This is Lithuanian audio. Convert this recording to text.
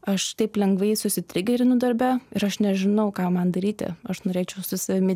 aš taip lengvai susitrigerinu darbe ir aš nežinau ką man daryti aš norėčiau su savimi